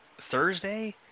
Thursday